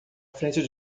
frente